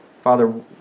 Father